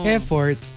Effort